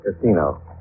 Casino